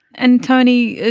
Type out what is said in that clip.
and tony,